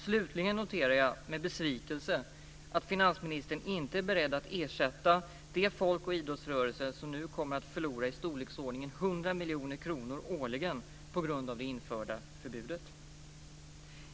Slutligen noterar jag med besvikelse att finansministern inte är beredd att ersätta de folk och idrottsrörelser som nu kommer att förlora i storleksordningen 100 miljoner kronor årligen på grund av det införda förbudet.